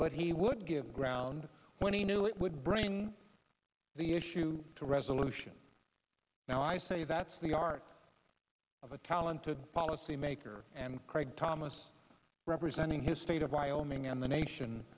but he would give ground when he knew it would bring the issue to resolution now i say that's the art of a talented policymaker and craig thomas representing his state of wyoming and the nation